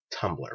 Tumblr